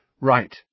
Right